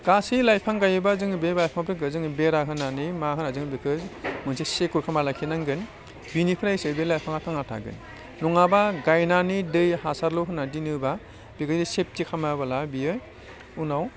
गासै लाइफां गायोबा जोङो बे लाइफांफोरखौ जोङो बेरा होनानै मा होनायजों बेखौ मोनसे सिकिउर खालामना लाखिनांगोन बिनिफ्रायसो बे लाइफाङा थांना थागोन नङाबा गायनानै दै हासारल' होनानै दोनोब्ला बेखौ सेफटि खालामाबोला बेयो उनाव